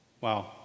Wow